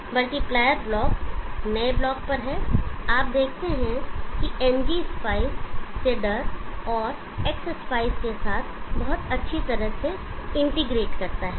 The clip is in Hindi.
यह मल्टीप्लायर ब्लॉक नए ब्लॉक पर है आप देखते हैं कि ngspice Cedar और Xspice के साथ बहुत अच्छी तरह से इंटीग्रेट करता है